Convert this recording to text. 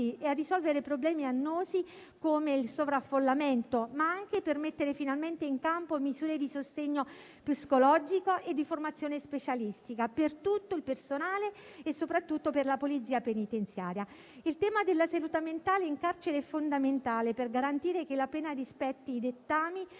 e risolvere problemi annosi come il sovraffollamento, ma anche per mettere finalmente in campo misure di sostegno psicologico e di formazione specialistica per tutto il personale e soprattutto per la Polizia penitenziaria. Il tema della salute mentale in carcere è fondamentale per garantire che la pena rispetti i dettami